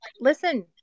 listen